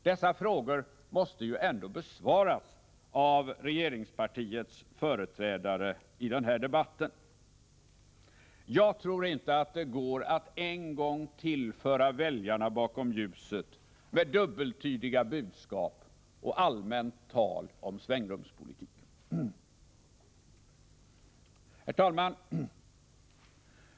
Dessa frågor måste ändå besvaras av regeringspartiets företrädare i denna debatt. Jag tror inte att det går att en gång till föra väljarna bakom ljuset med dubbeltydiga budskap och allmänt tal om svängrumspolitik. Herr talman!